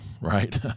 right